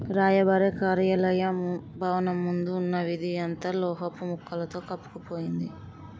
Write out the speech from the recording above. రాయబార కార్యాలయ భవనం ముందు ఉన్న వీధి అంతా లోహపు ముక్కలుతో కప్పుకుపోయింది